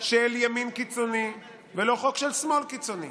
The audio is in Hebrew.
של ימין קיצוני ולא חוק של שמאל קיצוני,